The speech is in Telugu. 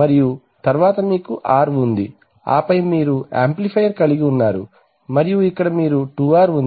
మరియు తరువాత మీకు R ఉంది ఆపై మీరు యాంప్లిఫైయర్ కలిగి ఉన్నారు మరియు ఇక్కడ మీకు 2R ఉంది